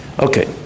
Okay